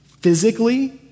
physically